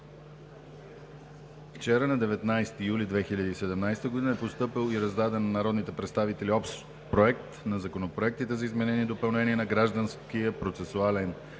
На 19 юли 2017 г. е постъпил и раздаден на народните представители Общ проект на законопроектите за изменение и допълнение на Гражданския процесуален